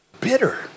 bitter